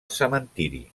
cementiri